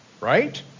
Right